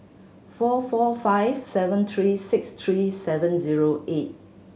four four five seven three six three seven zero eight